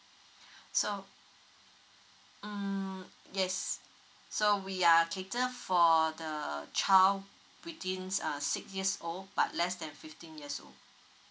so mm yes so we are cater for the child within uh six years old but less than fifteen years old